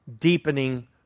deepening